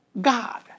God